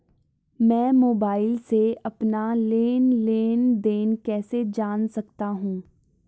मैं मोबाइल से अपना लेन लेन देन कैसे जान सकता हूँ?